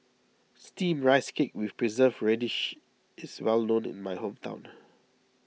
Steamed Rice Cake with Preserved Radish is well known in my hometown